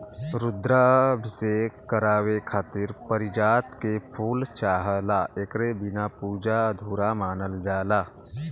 रुद्राभिषेक करावे खातिर पारिजात के फूल चाहला एकरे बिना पूजा अधूरा मानल जाला